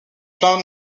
plein